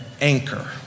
anchor